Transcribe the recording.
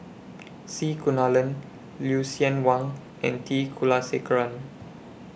C Kunalan Lucien Wang and T Kulasekaram